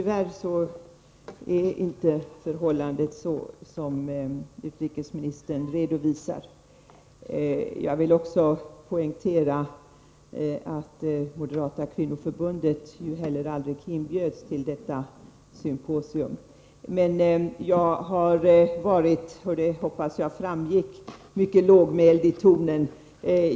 Herr talman! Tyvärr förhåller det sig inte på det sätt som utrikesministern säger. Jag vill också poängtera att inte heller moderata kvinnoförbundet inbjöds till detta symposium. Jag har varit — och det hoppas jag framgick — mycket lågmäld i tonen.